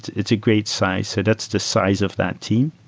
it's a great size. so that's the size of that team.